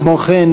כמו כן,